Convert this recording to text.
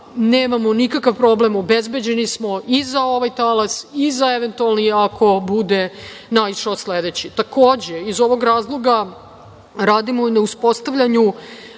nemamo nikakav problem, obezbeđeni smo i za ovaj talas i za eventualni, ako bude naišao. Takođe, iz ovog razloga, radimo i na uspostavljanju